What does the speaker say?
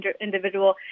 individual